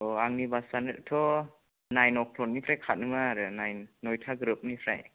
आंनि बासआनोथ' nine o'clock निफ्राय खारोमोन आरो नाइन नयथा ग्रोबनिफ्राय